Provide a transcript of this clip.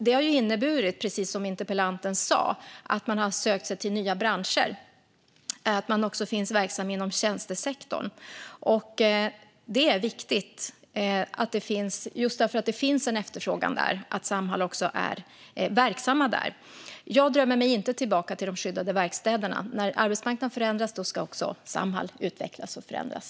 Det har inneburit, precis som interpellanten sa, att Samhall har sökt sig till nya branscher och också är verksamma inom tjänstesektorn. Just eftersom det finns en efterfrågan där är det viktigt att Samhall också är verksamma där. Jag drömmer mig inte tillbaka till de skyddade verkstäderna. När arbetsmarknaden förändras ska också Samhall utvecklas och förändras.